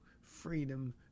freedom